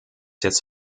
jetzt